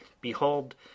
Behold